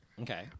Okay